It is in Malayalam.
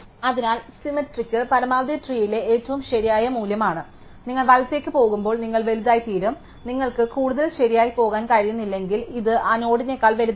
അതിനാൽ സിമെട്രിക് പരമാവധി ട്രീയിലെ ഏറ്റവും ശരിയായ മൂല്യമാണ് നിങ്ങൾ വലത്തേക്ക് പോകുമ്പോൾ നിങ്ങൾ വലുതായിത്തീരും നിങ്ങൾക്ക് കൂടുതൽ ശരിയായി പോകാൻ കഴിയുന്നില്ലെങ്കിൽ ഇത് ആ നോഡിനേക്കാൾ വലുതല്ല